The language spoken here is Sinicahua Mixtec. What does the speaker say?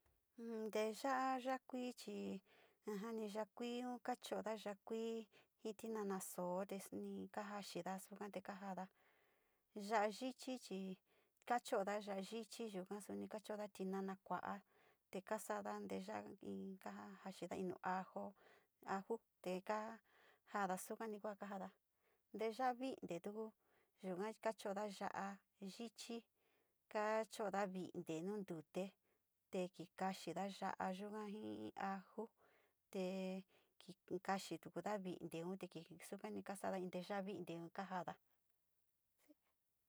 Tee yaa yaa kui chi ni yaa kui ka cho’oda yaa koii ji tinana soo te suni kaja xida suka te kaa jaada, ya’a yichi chi, ka cho’oda ya’a yichi yuga suni ka cho’oda suni tinana kua´a te kaa saada teeya in kajaxida in nu ajo, aju teka jada, sukani ku ja kaajaada; nteeya´a vintee tugu yuga chi kacho´o ya’a yichi, kaa cho’oda vintee nu ntute te ki kaxida ya’a uga jii ajo te ki kaxitu ga vinteeun te sukani ka saada in tee ya’a vinteeu te ka jaada.